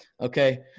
okay